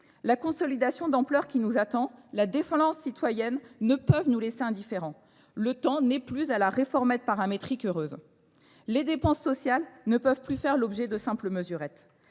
La consolidation d'ampleur qui nous attend, la défendance citoyenne ne peuvent nous laisser indifférents. Le temps n'est plus à la réformette paramétrique heureuse. Les dépenses sociales ne peuvent plus faire l'objet de simples mesurettes.